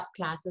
-classes